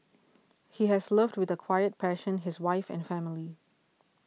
he has loved with a quiet passion his wife and family